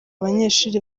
banyeshuri